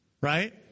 right